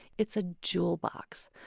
it's a jewel box.